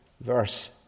verse